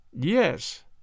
Yes